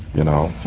you know?